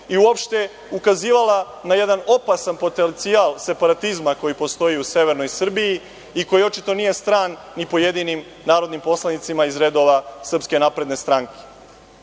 i uopšte ukazivala na jedan opasan potencijal separatizma koji postoji u severnoj Srbiji i koji očito nije stran ni pojedinim narodnim poslanicima iz redova SNS. To je takođe